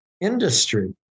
industry